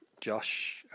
Josh